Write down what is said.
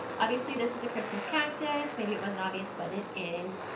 obviously this is a christmas cactus. maybe it wasn't obvious but it is.